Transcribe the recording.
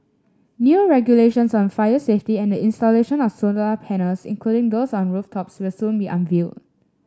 new regulations on fire safety and the installation of solar panels including those on rooftops will soon be unveiled